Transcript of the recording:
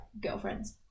girlfriends